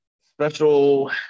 special